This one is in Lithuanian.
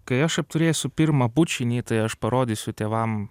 kai aš apturėsiu pirmą bučinį tai aš parodysiu tėvam